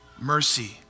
mercy